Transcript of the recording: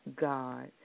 God